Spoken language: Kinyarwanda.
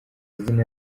izina